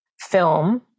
film